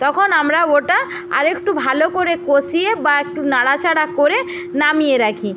তখন আমরা ওটা আর একটু ভালো করে কষিয়ে বা একটু নাড়াচাড়া করে নামিয়ে রাখি